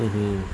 mmhmm